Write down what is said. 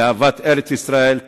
לאהבת ארץ-ישראל,